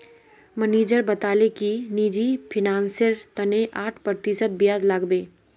manager बताले कि निजी फिनांसेर तने आठ प्रतिशत ब्याज लागबे